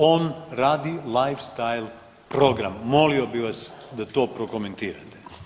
On radi live style program, molio bi vas da to prokomentirati.